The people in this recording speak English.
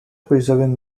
preserving